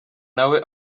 nawe